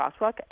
crosswalk